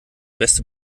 beste